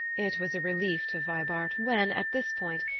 it was a relief to vibart when, at this point,